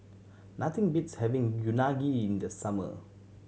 nothing beats having Unagi in the summer